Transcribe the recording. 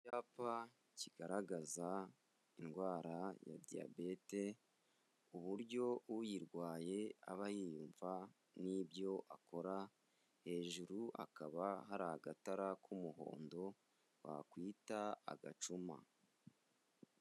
Icyapa kigaragaza indwara ya diyabete, ku buryo uyirwaye aba yiyumva n'ibyo akora, hejuru hakaba hari agatara k'umuhondo wakwita agacuma.